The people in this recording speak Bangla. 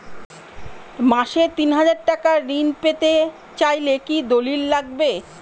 মাসে তিন হাজার টাকা ঋণ পেতে চাইলে কি দলিল লাগবে?